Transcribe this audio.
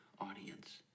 audience